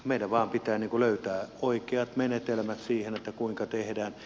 meidän vain pitää löytää oikeat menetelmät siihen kuinka tehdään